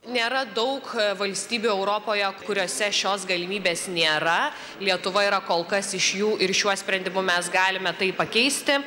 nėra daug valstybių europoje kuriose šios galimybės nėra lietuva yra kol kas iš jų ir šiuo sprendimu mes galime tai pakeisti